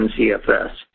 CFS